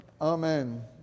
Amen